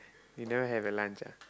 you never have your lunch ah